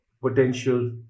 potential